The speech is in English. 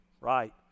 right